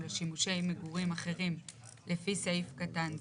לשימושי מגורים אחרים לפי סעיף קטן זה,